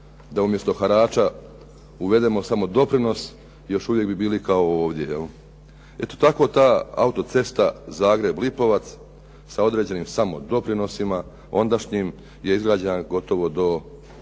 da umjesto harača uvedemo samo doprinos, još uvijek bi bili kao ovdje, je li. Eto, tako da autocesta Zagreb-Lipovac sa određenim samo doprinosima ondašnjim je izgrađena gotovo do,